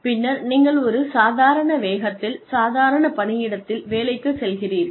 பின்னர் நீங்கள் ஒரு சாதாரண வேகத்தில் சாதாரண பணியிடத்தில் வேலைக்குச் செல்கிறீர்கள்